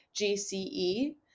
GCE